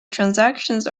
transactions